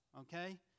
okay